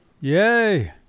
Yay